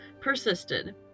persisted